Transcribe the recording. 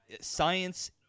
science